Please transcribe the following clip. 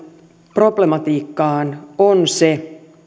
problematiikkaan on se